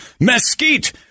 mesquite